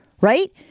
right